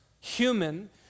human